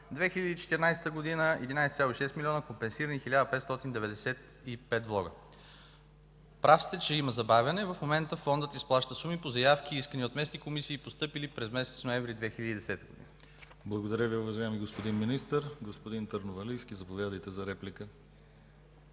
2014 г. – 11,6 млн. лв., компенсирани 1595 влога. Прав сте, че има забавяне. В момента Фондът изплаща суми по заявки и искания от местни комисии, постъпили през месец ноември 2010 г. ПРЕДСЕДАТЕЛ ДИМИТЪР ГЛАВЧЕВ: Благодаря Ви, уважаеми господин Министър. Господин Търновалийски, заповядайте за реплика.